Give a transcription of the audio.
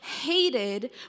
hated